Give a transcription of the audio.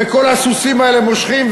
וכל הסוסים האלה מושכים,